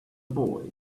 boy